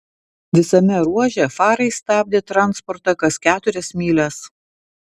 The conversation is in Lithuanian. visame ruože farai stabdė transportą kas keturias mylias